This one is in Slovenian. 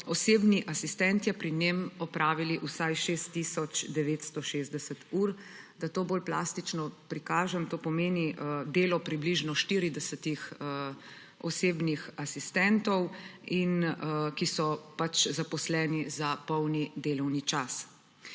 osebni asistenti pri njem opravili vsaj 6 tisoč 960 ur. Da to bolj plastično prikažem, to pomeni delo približno 40 osebnih asistentov, ki so zaposleni za polni delovni čas.